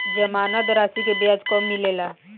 जमानद राशी के ब्याज कब मिले ला?